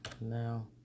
now